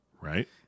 Right